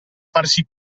farsi